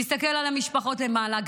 תסתכל על המשפחות למעלה,